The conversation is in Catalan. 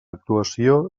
actuació